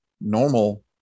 normal